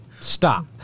stop